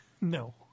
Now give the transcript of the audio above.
No